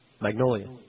Magnolia